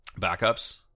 backups